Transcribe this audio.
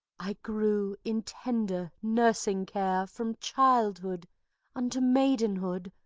i grew in tender nursing care from childhood unto maidenhood!